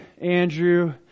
Andrew